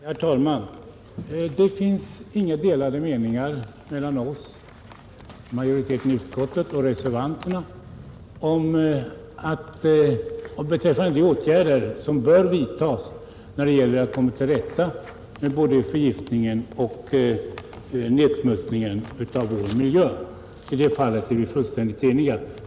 Herr talman! Det finns inga delade meningar mellan majoriteten i utskottet och reservanterna beträffande de åtgärder som bör vidtas när det gäller att komma till rätta med 'förgiftningen och nedsmutsningen av miljön. I det fallet är vi fullständigt eniga.